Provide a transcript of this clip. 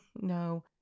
no